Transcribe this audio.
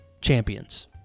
champions